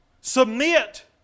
submit